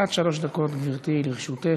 עד שלוש דקות, גברתי, לרשותך.